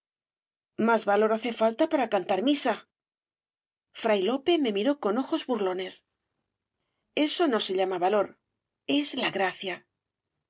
más valor hace falta para cantar misal fray lope me miró con ojos burlones eso no se llama valor es la gracia